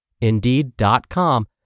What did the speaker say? Indeed.com